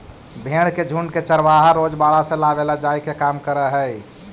भेंड़ के झुण्ड के चरवाहा रोज बाड़ा से लावेले जाए के काम करऽ हइ